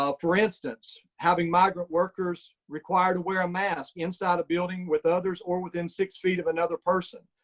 ah for instance, having migrant workers required to wear a mask inside a building with others, or within six feet of another person.